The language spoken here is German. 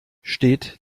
steht